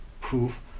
proof